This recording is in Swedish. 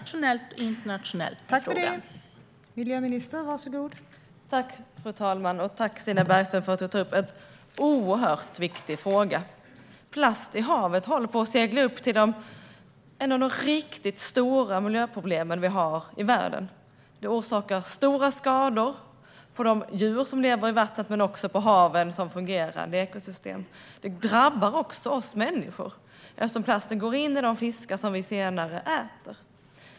Fru talman! Tack, Stina Bergström, för att du tar upp en oerhört viktig fråga! Plast i haven håller på att bli ett av de riktigt stora miljöproblemen i världen. Den orsakar stora skador på de djur som lever i vattnen och också på haven som fungerande ekosystem. Det drabbar också oss människor eftersom plasten går in i de fiskar som vi senare äter.